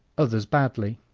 others badly.